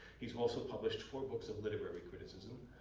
he's also published four books of literary criticism,